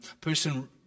person